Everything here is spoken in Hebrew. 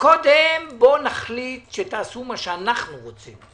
קודם בוא נחליט שתעשו מה שאנחנו רוצים.